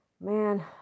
Man